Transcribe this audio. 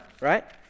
right